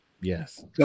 Yes